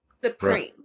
Supreme